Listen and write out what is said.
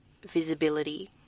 visibility